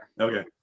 Okay